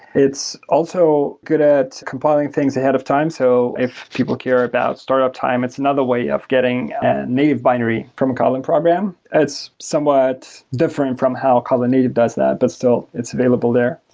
it's also good at compiling things ahead of time. so if people care about startup time, it's another way of getting native binary from a kotlin program. it's somewhat different from how kotlin native does that. but still it's available there.